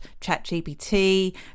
ChatGPT